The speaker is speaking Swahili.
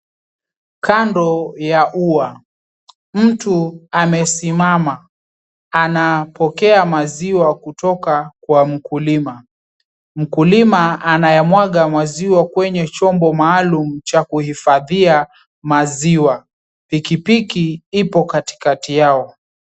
Kando ya ua, mtu amesimama, anapokea maziwa kutoka kwa mkulima. Mkulima anayamwaga maziwa kwenye chombo maalum cha kuhifadhia maziwa. Pikipiki ipo katikati yao.